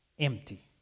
empty